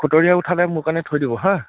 খুতৰীয়া উঠালে মোৰ কাৰণে থৈ দিব হাঁ